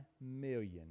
million